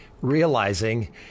realizing